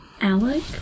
Alec